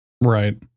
Right